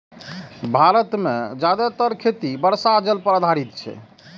भारत मे जादेतर खेती वर्षा जल पर आधारित छै